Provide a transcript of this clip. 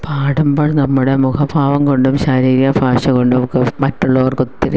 പാടുമ്പോൾ നമ്മുടെ മുഖഭാവം കൊണ്ടും ശാരീരിക ഭാഷ കൊണ്ടുമൊക്കെ മറ്റുള്ളവർക്കൊത്തിരി